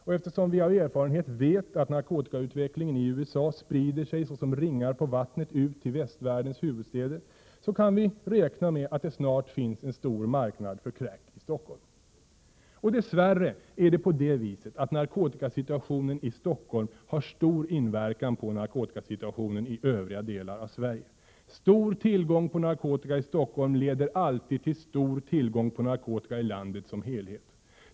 Och eftersom vi av erfarenhet vet att narkotikautvecklingen i USA sprider sig såsom ringar på vattnet ut till västvärldens huvudstäder, kan vi räkna med att det snart finns en stor marknad för crack i Stockholm. Och dessvärre har narkotikasituationen i Stockholm stor inverkan på narkotikasituationen i övriga delar av Sverige. Stor tillgång på narkotika i Stockholm leder alltid till stor tillgång på narkotika i landet som helhet.